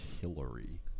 Hillary